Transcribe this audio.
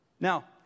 now